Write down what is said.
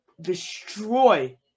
destroy